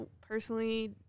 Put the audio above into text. personally